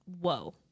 whoa